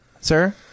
Sir